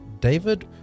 David